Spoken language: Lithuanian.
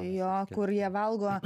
jo kur jie valgo